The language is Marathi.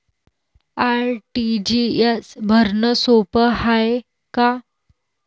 आर.टी.जी.एस भरनं सोप हाय का?